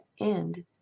end